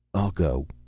i'll go,